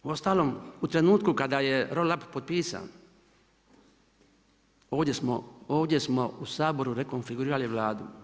Uostalom, u trenutku kada je roll up potpisan ovdje smo u Saboru rekonfigurirali Vladu.